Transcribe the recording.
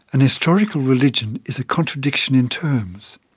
an historical religion is a contradiction in terms.